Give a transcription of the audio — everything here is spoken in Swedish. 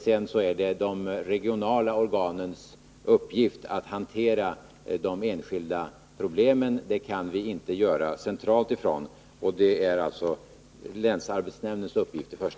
Sedan är det de regionala organens uppgift att att främja sysselsättningen i Västerbotten hantera de enskilda problemen — det kan vi inte göra centralt. Detta är alltså i första hand länsarbetsnämndens uppgift.